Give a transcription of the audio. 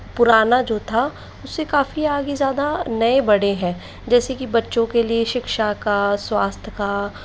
पुराना जो था उससे काफ़ी आगे ज़्यादा नये बडे हैं जैसे की बच्चों के लिए शिक्षा का स्वास्थय का